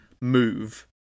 move